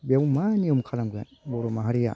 बेयाव मा नियम खालामगोन बर' माहारिया